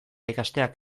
ikasteak